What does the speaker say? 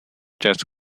chess